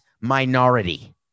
minority